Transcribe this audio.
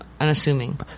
unassuming